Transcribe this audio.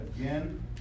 again